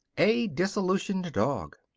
a disillusioned dog.